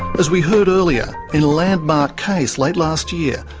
as we heard earlier, in a landmark case late last year,